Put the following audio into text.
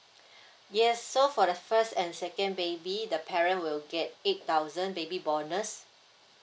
yes so for the first and second baby the parent will get eight thousand baby bonus